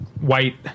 white